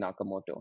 Nakamoto